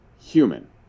human